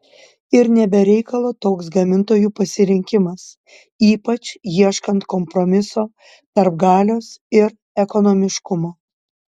ir ne be reikalo toks gamintojų pasirinkimas ypač ieškant kompromiso tarp galios ir ekonomiškumo